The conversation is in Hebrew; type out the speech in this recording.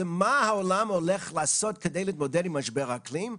היא מה העולם הולך לעשות כדי להתמודד עם משבר האקלים,